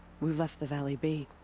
we left the valley be.